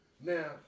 Now